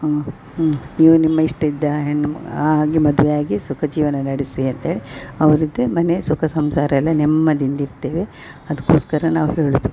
ಅ ಅ ನೀವು ನಿಮ್ಮ ಇಷ್ಟ ಇದ್ದ ಹೆಣ್ಣು ಮ ಆಗಿ ಮದ್ವೆಯಾಗಿ ಸುಖ ಜೀವನ ನಡೆಸಿ ಅಂತ್ಹೇಳಿ ಅವ್ರದ್ದೆ ಮನೆ ಸುಖ ಸಂಸಾರ ಎಲ್ಲ ನೆಮ್ಮದಿಯಿಂದ ಇರ್ತೇವೆ ಅದ್ಕೊಸ್ಕರ ನಾವು ಹೇಳುದು